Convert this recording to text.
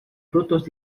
frutos